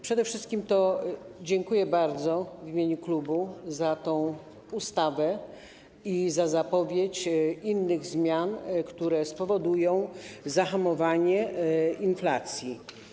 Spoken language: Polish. Przede wszystkim dziękuję bardzo w imieniu klubu za tę ustawę i za zapowiedź innych zmian, które spowodują zahamowanie inflacji.